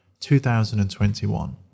2021